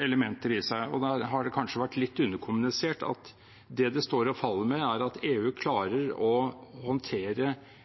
elementer i seg, og der har det kanskje vært litt underkommunisert at det det står og faller med, er at EU klarer å håndtere